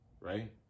right